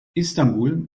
istanbul